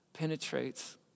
penetrates